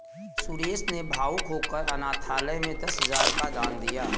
सुरेश ने भावुक होकर अनाथालय में दस हजार का दान दिया